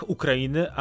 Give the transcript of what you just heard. Ukrainy